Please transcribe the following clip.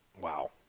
Wow